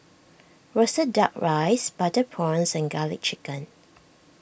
Roasted Duck Rice Butter Prawns and Garlic Chicken